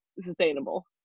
sustainable